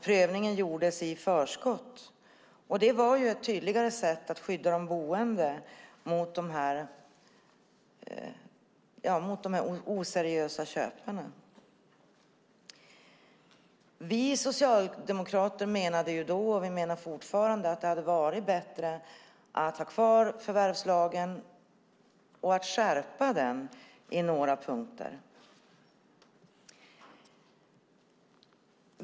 Prövningen gjordes i förskott. Det var ju ett tydligare sätt att skydda de boende mot de oseriösa köparna. Vi socialdemokrater menade då och vi menar fortfarande att det hade varit bättre att ha kvar förvärvslagen och att skärpa den på några punkter.